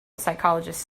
psychologist